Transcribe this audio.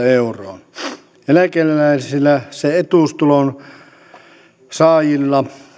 euroon eläkeläisillä sekä etuustulon saajilla